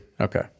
okay